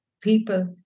people